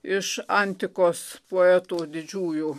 iš antikos poetų didžiųjų